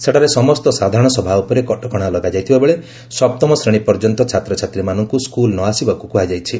ସେଠାରେ ସମସ୍ତ ସାଧାରଣସଭା ଉପରେ କଟକଣା ଲଗାଯାଇଥିବା ବେଳେ ସପ୍ତମଶ୍ରେଣୀ ପର୍ଯ୍ୟନ୍ତ ଛାତ୍ରଛାତ୍ରୀମାନଙ୍କୁ ସ୍କୁଲ ନ ଆସିବାକୁ କୁହାଯାଇଛି